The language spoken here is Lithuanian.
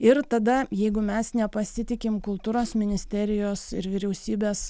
ir tada jeigu mes nepasitikim kultūros ministerijos ir vyriausybės